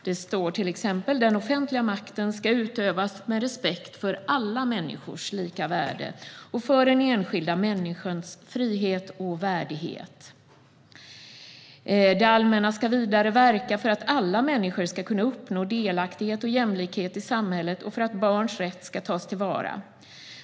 Det står till exempel att den offentliga makten ska utövas med respekt för alla människors lika värde och för den enskilda människans frihet och värdighet. Det står också att det allmänna ska verka för att alla människor ska kunna uppnå delaktighet och jämlikhet i samhället och för att barns rätt tas till vara.